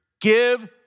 give